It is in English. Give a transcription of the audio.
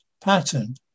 pattern